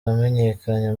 wamenyekanye